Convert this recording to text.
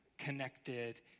connected